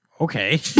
Okay